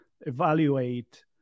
evaluate